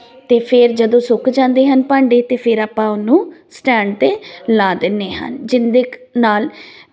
ਤੇ ਫਿਰ ਜਦੋਂ ਸੁੱਕ ਜਾਂਦੇ ਹਨ ਭਾਂਡੇ ਤੇ ਫਿਰ ਆਪਾਂ ਉਹਨੂੰ ਸਟੈਂਡ ਤੇ ਲਾ ਦਿੰਦੇ ਹਾਂ ਜਿੰਹਦੇ ਨਾਲ